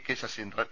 K Saseendran